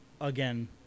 again